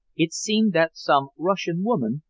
it seemed that some russian woman,